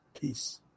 peace